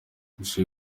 jay